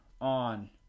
on